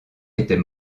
était